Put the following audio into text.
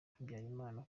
habyarimana